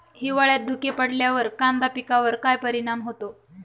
हिवाळ्यात धुके पडल्यावर कांदा पिकावर काय परिणाम होतो?